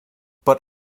but